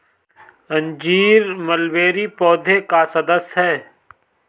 अंजीर मलबेरी पौधे का सदस्य है